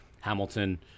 Hamilton